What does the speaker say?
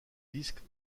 disques